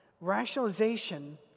Rationalization